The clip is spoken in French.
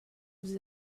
vous